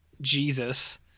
Jesus